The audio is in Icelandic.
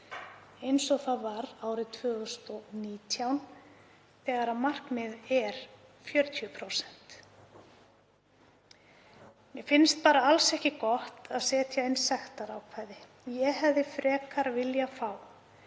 eins og var árið 2019, þegar markmiðið er 40%. Mér finnst bara alls ekki gott að setja inn sektarákvæði. Ég hefði frekar viljað fá